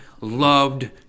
loved